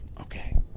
Okay